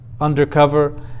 undercover